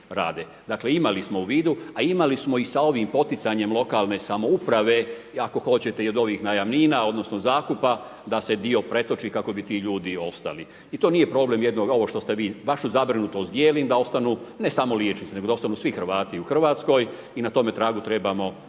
Dakle, imali smo u vidu, a imali smo i sa ovim poticanjem lokalne samouprave ako hoćete i ovih najamnina odnosno zakupa da se dio pretoči kako bi ti ljudi ostali. I to nije problem, ovo što ste vi vašu zabrinutost dijelim da ostanu ne samo liječnici, nego da ostanu svi Hrvati u Hrvatskoj i na tome tragu trebamo